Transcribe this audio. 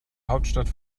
hauptstadt